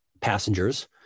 passengers